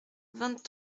vingt